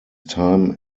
time